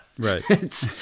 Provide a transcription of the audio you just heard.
Right